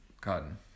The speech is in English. Cotton